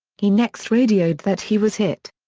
he next radioed that he was hit.